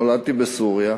נולדתי בסוריה.